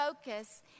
focus